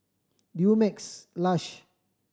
Dumex Lush